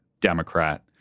Democrat